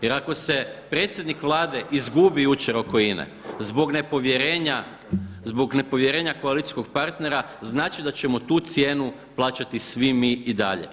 Jer ako se predsjednik Vlade izgubi jučer oko INA-e zbog nepovjerenja, zbog nepovjerenja koalicijskog partnera znači da ćemo tu cijenu plaćati svi mi i dalje.